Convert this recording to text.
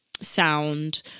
sound